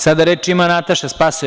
Sada reč ima Nataša Sp.